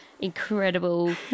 incredible